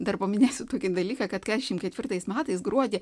dar paminėsiu tokį dalyką kad keturiasdešimt ketvirtais metais gruodį